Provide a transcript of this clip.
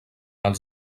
els